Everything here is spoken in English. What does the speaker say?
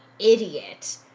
idiot